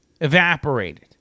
evaporated